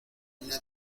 una